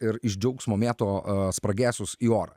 ir iš džiaugsmo mėto spragėsius į orą